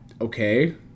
Okay